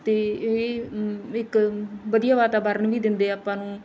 ਅਤੇ ਇਹ ਇੱਕ ਵਧੀਆ ਵਾਤਾਵਰਨ ਵੀ ਦਿੰਦੇ ਆਪਾਂ ਨੂੰ